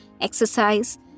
Exercise